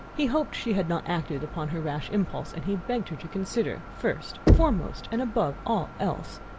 he hoped she had not acted upon her rash impulse and he begged her to consider first, foremost, and above all else,